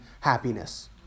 happiness